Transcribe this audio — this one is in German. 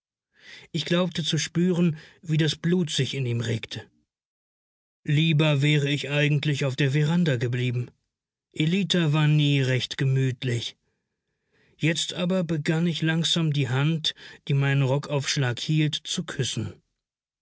ich glaubte zu spüren wie das blut sich in ihm regte lieber wäre ich eigentlich auf der veranda geblieben ellita war nie recht gemütlich jetzt aber begann ich langsam die hand die meinen rockaufschlag hielt zu küssen